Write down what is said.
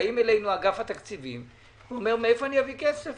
בא אלינו אגף התקציבים ואומר: מאיפה אני אביא כסף?